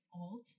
old